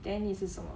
then 你是什么